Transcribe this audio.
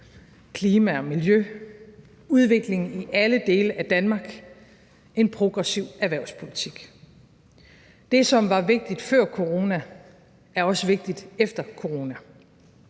klima og miljø, udvikling i alle dele af Danmark, en progressiv erhvervspolitik. Det, som var vigtigt før corona, er også vigtigt efter corona.